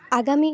ଆଗାମୀ